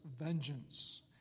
vengeance